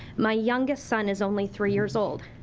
my youngest son is only three years old.